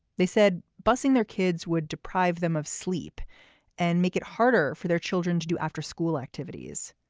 they said busing their kids would deprive them of sleep and make it harder for their children to do after school activities.